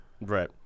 Right